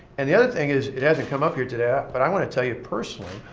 and the other thing is, it hasn't come up here today, but i want to tell you personally,